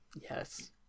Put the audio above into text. yes